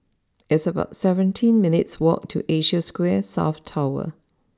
it's about seventeen minutes' walk to Asia Square South Tower